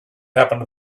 happen